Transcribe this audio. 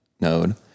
node